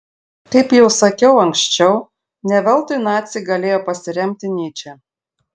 kaip jau sakiau anksčiau ne veltui naciai galėjo pasiremti nyče